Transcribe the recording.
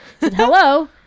Hello